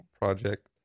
Project